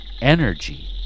energy